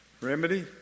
remedy